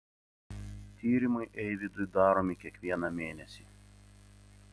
tyrimai eivydui daromi kiekvieną mėnesį